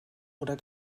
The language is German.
oder